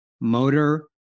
motor